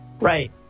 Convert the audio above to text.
Right